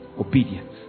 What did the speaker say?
obedience